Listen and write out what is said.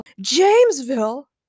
Jamesville